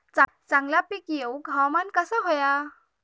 चांगला पीक येऊक हवामान कसा होया?